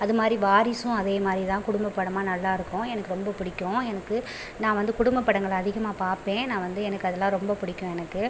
அது மாதிரி வாரிசும் அதே மாதிரி தான் குடும்ப படமாக நல்லாயிருக்கும் எனக்கு ரொம்ப பிடிக்கும் எனக்கு நான் வந்து குடும்ப படங்களை அதிகமாக பார்ப்பேன் நான் வந்து எனக்கு அதெலாம் ரொம்ப பிடிக்கும் எனக்கு